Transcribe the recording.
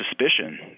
suspicion